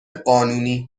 قانونی